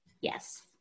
Yes